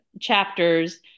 chapters